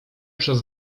przez